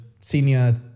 senior